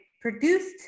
produced